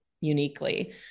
uniquely